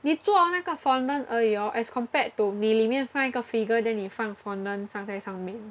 你做那个 fondant 而已 hor as compared to 你里面放一个 figure then 你放 fondant 放在上面